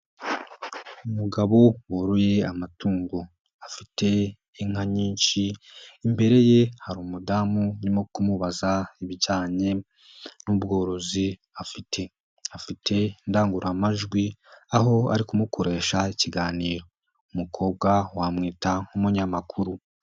Umugabo woroye amatungo. Afite inka nyinshi. Imbere ye hari umudamu urimo kumubaza ibijyanye n'ubworozi, afite indangururamajwi aho ari kumukoresha ikiganiro. Umukobwa wamwita nk'umunyamakuru.